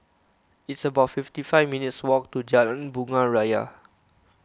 it's about fifty five minutes' walk to Jalan Bunga Raya